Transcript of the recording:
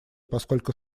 поскольку